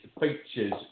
features